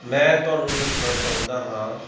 ਮੈਂ ਤੁਹਾਨੂੰ ਦੱਸਣਾ ਚਾਹੁੰਦਾ ਹਾਂ